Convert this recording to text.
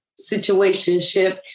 situationship